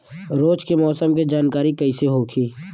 रोज के मौसम के जानकारी कइसे होखि?